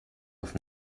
auf